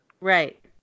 Right